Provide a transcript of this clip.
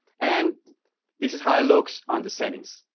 and this is how it looks on the settings.